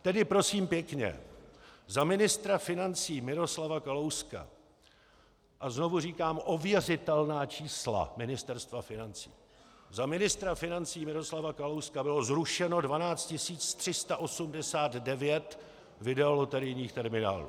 Tedy prosím pěkně, za ministra financí Miroslava Kalouska, a znovu říkám ověřitelná čísla Ministerstva financí, za ministra financí Miroslava Kalouska bylo zrušeno 12 389 videoloterijních terminálů.